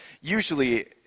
usually